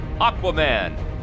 Aquaman